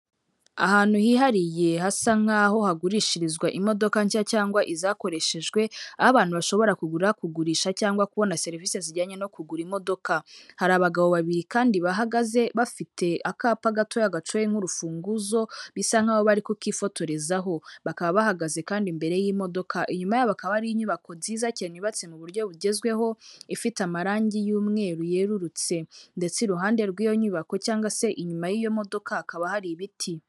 Ahantu hihariye hasa nkaho hagurishirizwa imodoka nshya cyangwa izakoreshejwe, aho abantu bashobora kugura, kugurisha cyangwa kubona serivisi zijyanye no kugura imodoka, hari abagabo babiri kandi bahagaze bafite akapa gatoya gateye nk'urufunguzo bisa nkaho bari kukifotorezaho, bakaba bahagaze kandi imbere y'imodoka. Inyuma yabo hakaba hari inyubako nziza cyane yubatse mu buryo bugezweho, ifite amarangi y'umweru yerurutse, ndetse iruhande rw'iyo nyubako cyangwa se inyuma y'iyo modoka hakaba hari ibiti.